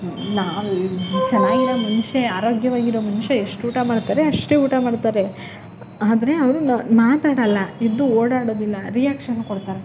ನಾವು ಚೆನ್ನಾಗಿರೋ ಮನುಷ್ಯ ಆರೋಗ್ಯವಾಗಿರೊ ಮನುಷ್ಯ ಎಷ್ಟು ಊಟ ಮಾಡ್ತಾರೆ ಅಷ್ಟೇ ಊಟ ಮಾಡ್ತಾರೆ ಆದರೆ ಅವರು ಮಾತಾಡೋಲ್ಲಎದ್ದು ಓಡಾಡೋದಿಲ್ಲ ರಿಯಾಕ್ಷನ್ ಕೊಡ್ತಾರೆ